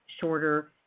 shorter